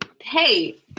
hey